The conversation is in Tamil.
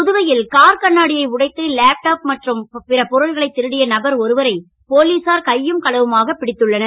புதுவை ல் கார் கண்ணாடியை உடைத்து லேப்டாப் உள்ளிட்ட பொருட்களை ருடிய நபர் ஒருவரை போலீசார் கையும் களவுமாக பிடித்துள்ளனர்